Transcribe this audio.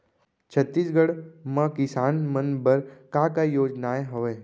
छत्तीसगढ़ म किसान मन बर का का योजनाएं हवय?